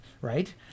right